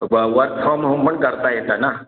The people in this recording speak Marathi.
व वर्क फ्रॉम होम पण करता येतं ना